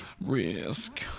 Risk